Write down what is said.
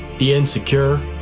the insecure,